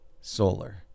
solar